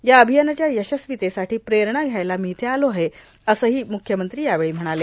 या अभियानाच्या यशस्वितेसाठी प्रेरणा घ्यायला मी इथे आलो आहे असेही मुख्यमंत्री यावेळी म्हणाले